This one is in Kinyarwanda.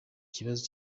kibazo